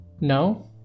No